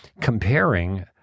comparing